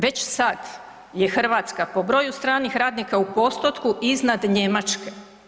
Već sada je Hrvatska po broju stranih radnika u postotku iznad Njemačke.